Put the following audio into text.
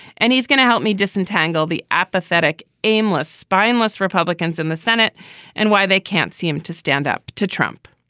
and he's going to help me disentangle the apathetic, aimless, spineless republicans in the senate and why they can't seem to stand up to trump.